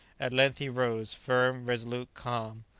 at length he rose, firm, resolute, calm.